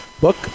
book